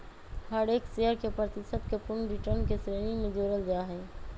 हर एक शेयर के प्रतिशत के पूर्ण रिटर्न के श्रेणी में जोडल जाहई